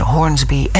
Hornsby